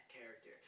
character